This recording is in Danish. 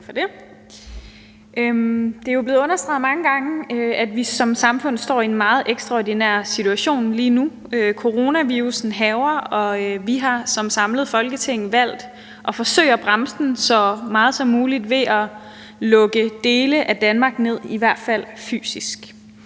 Det er jo blevet understreget mange gange, at vi som samfund står i en meget ekstraordinær situation lige nu. Coronavirussen hærger, og vi har som et samlet Folketing valgt at forsøge at bremse den så meget som muligt ved at lukke dele af Danmark ned, i hvert fald fysisk.